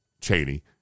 Cheney